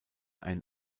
ein